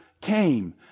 came